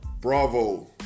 Bravo